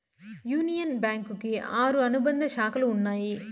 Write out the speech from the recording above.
union Bank కి ఆరు అనుబంధ శాఖలు ఉన్నాయి